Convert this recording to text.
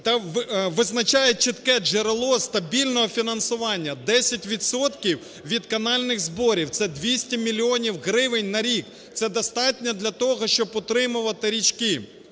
та визначає чітке джерело стабільного фінансування, 10 відсотків від канальних зборів – це 200 мільйонів гривень на рік, це достатньо для того, щоб утримувати річки.